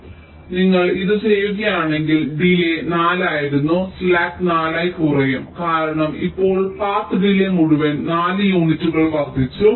അതിനാൽ നിങ്ങൾ ഇത് ചെയ്യുകയാണെങ്കിൽ ഡിലേയ് 4 ആയിരുന്ന സ്ലാക്ക് 4 ആയി കുറയും കാരണം ഇപ്പോൾ പാത്ത് ഡിലേയ് മുഴുവൻ 4 യൂണിറ്റുകൾ വർദ്ധിച്ചു